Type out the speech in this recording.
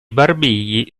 barbigli